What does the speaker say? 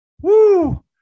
Woo